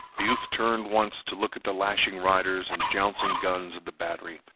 the youth turned once to look at the lashing riders and jouncing guns of the battery.